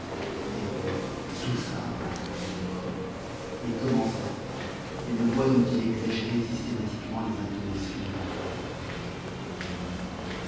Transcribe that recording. derouet toussa pour se faire le creux et commença d'une voix dont il exagérait systématiquement les intonations naturellement canailles